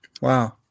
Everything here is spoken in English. wow